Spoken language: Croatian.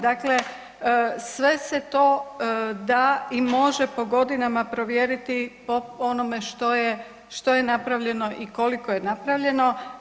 Dakle, sve se to da i može po godinama provjeriti po onome što je napravljeno i koliko je napravljeno.